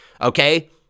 okay